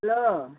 hello